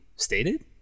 Stated